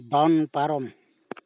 ᱫᱚᱱ ᱯᱟᱨᱚᱢ